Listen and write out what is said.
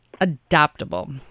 adaptable